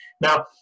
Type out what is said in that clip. Now